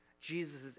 Jesus